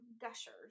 Gushers